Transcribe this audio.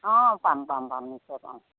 অঁ পাম পাম পাম নিশ্চয় পাম